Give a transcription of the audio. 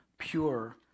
pure